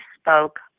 spoke